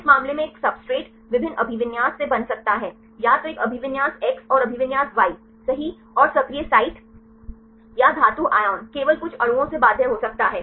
इस मामले में एक सब्सट्रेट विभिन्न अभिविन्यास से बंध सकता है या तो एक अभिविन्यास एक्स और अभिविन्यास वाई सही और सक्रिय साइट या धातु आयन केवल कुछ अणुओं से बाध्य हो सकता है